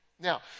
Now